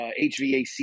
HVAC